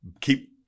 keep